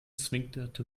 zwinkerte